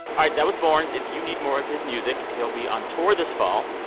all right. that was borns. if you need more of his music, he'll be on tour this fall.